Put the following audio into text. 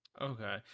okay